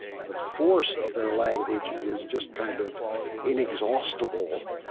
the force of their language is just kind of inexhaustible.